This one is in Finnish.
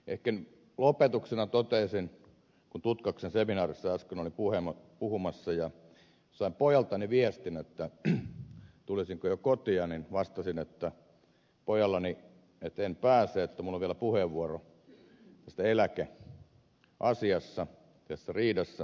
ehkä lopetuksena toteaisin että kun tutkaksen seminaarissa äsken olin puhumassa ja sain pojaltani viestin tulisinko jo kotiin niin vastasin pojalleni että en pääse minulla on vielä puheenvuoro tässä eläkeasiassa tässä riidassa